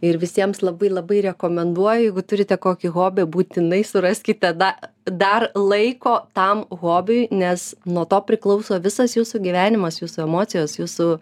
ir visiems labai labai rekomenduoju jeigu turite kokį hobį būtinai suraskite da dar laiko tam hobiui nes nuo to priklauso visas jūsų gyvenimas jūsų emocijos jūsų